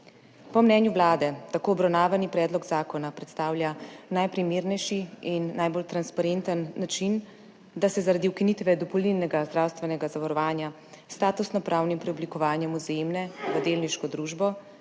Po mnenju Vlade tako obravnavani predlog zakona predstavlja najprimernejši in najbolj transparenten način, da se zaradi ukinitve dopolnilnega zdravstvenega zavarovanja s statusnopravnim preoblikovanjem Vzajemne v delniško družbo